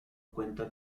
cuenta